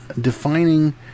defining